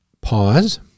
pause